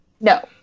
No